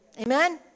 amen